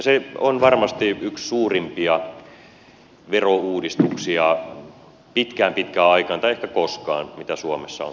se on varmasti yksi suurimpia verouudistuksia pitkään pitkään aikaan tai ehkä koskaan mitä suomessa on tehty